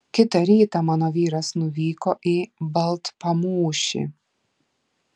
kitą rytą mano vyras nuvyko į baltpamūšį